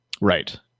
right